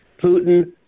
Putin